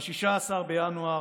ב-16 בינואר